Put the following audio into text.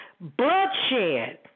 bloodshed